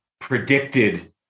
predicted